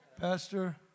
Pastor